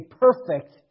perfect